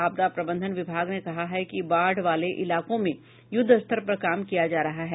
आपदा प्रबंधन विभाग ने कहा है कि बाढ़ वाले इलाकों में युद्धस्तर पर काम किया जा रहा है